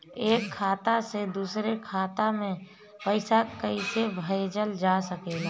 एक खाता से दूसरे खाता मे पइसा कईसे भेजल जा सकेला?